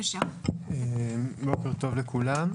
בוקר טוב לכולם.